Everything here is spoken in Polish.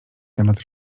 temat